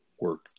work